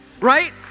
Right